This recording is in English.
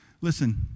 listen